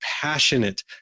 passionate